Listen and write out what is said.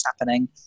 happening